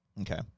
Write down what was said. Okay